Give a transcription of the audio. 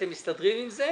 אתם מסתדרים עם זה,